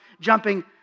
jumping